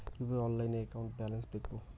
কিভাবে অনলাইনে account balance দেখবো?